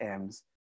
Ms